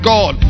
God